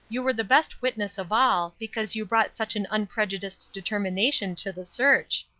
you were the best witness of all, because you brought such an unprejudiced determination to the search.